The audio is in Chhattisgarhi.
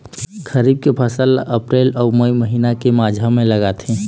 खरीफ के फसल ला अप्रैल अऊ मई महीना के माझा म लगाथे